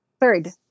Third